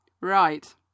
right